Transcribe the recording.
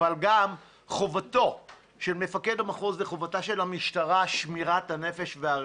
אבל גם חובתו של מפקד המחוז וחובתה של המשטרה זה שמירת הנפש והרכוש.